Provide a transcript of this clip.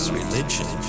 religion